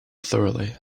thoroughly